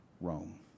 Rome